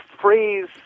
phrase